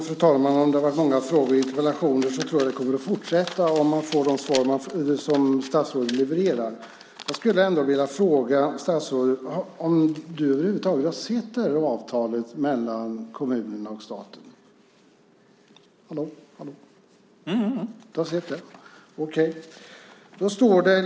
Fru talman! Även om det har varit många frågor och interpellationer så tror jag att det kommer att fortsätta så om man får de svar som statsrådet levererar. Jag skulle vilja fråga statsrådet om han över huvud taget har sett det här avtalet mellan kommunerna och staten, som jag håller upp här. Statsrådet nickar, så det har han alltså.